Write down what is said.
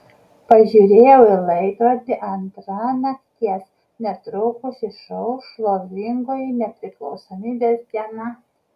pažiūrėjau į laikrodį antra nakties netrukus išauš šlovingoji nepriklausomybės diena